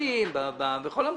במשרדים ובכל המקומות.